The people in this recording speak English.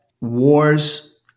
wars